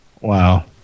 Wow